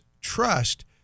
trust